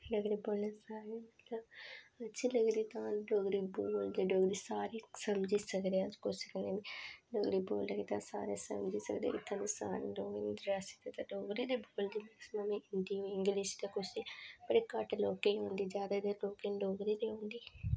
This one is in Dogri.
डोगरी बोलने सारे मतलब अच्छी लगदी तां डोगरी बोलदे डोगरी सारी समझी सकने अस कुसै कन्नै बी डोगरी बोलगे ते सारे समझी सकदे इत्थै तुस रेआसी ते डोगरी गै बोलदे मैक्सिमम हिंदी और इंग्लिश ते कुसै बड़े घट्ट लोकें औंदी जैदातर लोकें डोगरी गै औंदी